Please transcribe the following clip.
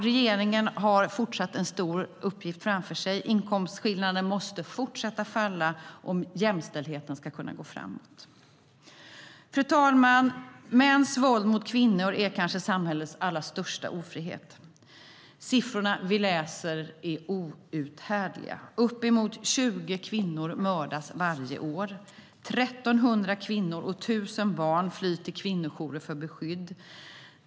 Regeringen har även i fortsättningen en stor uppgift framför sig. Inkomstskillnaderna måste fortsätta minska om jämställdheten ska kunna gå framåt. Fru talman! Mäns våld mot kvinnor är kanske samhällets allra största ofrihet. Siffrorna vi läser är outhärdliga. Uppemot 20 kvinnor mördas varje år. 1 300 kvinnor och 1 000 barn flyr till kvinnojourer för beskydd.